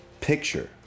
picture